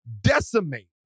decimate